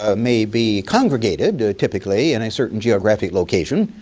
ah may be congregated, typically, in a certain geographic location.